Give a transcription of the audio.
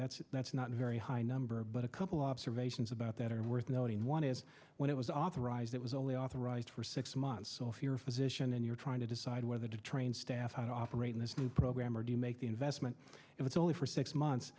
that's that's not very high number but a couple observations about that are worth noting one is when it was authorized it was only authorized for six months so if you're a physician and you're trying to decide whether to train staff and operate in this new program or do you make the investment if it's only for six months